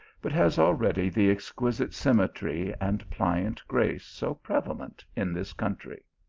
but has al ready the exquisite symmetry and pliant grace so prevalent in this country.